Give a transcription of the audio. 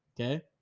okay